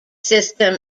system